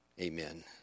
Amen